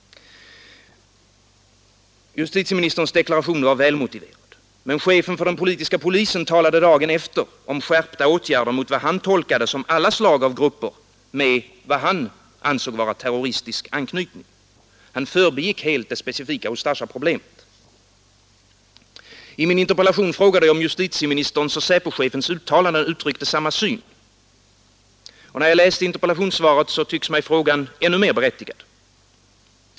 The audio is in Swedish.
Men chefen för den politiska polisen talade dagen efter justitieministerns deklaration om skärpta åtgärder mot vad han tolkade som alla slag av grupper med vad han ansåg vara terroristisk anknytning. Han förbigick helt det specifika Ustasjaproblemet. I min interpellation frågade jag om justitieministerns och SÄPO-chefens uttalanden uttryckte samma syn. Sedan jag läst interpellationssvaret tycks mig frågan än mer berättigad.